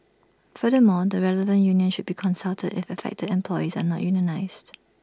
furthermore the relevant union should be consulted if affected employees are unionised